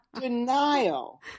Denial